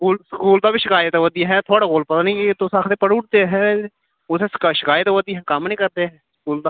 school school दा बी शिकायत आवै दी अहें थुआढ़े कोल पता निं तुस आखदे पढ़ी ओड़दे अहें उत्थै शिका शिकायत आवै'रदी अहें कम्म निं करदे स्कूल दा